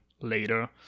later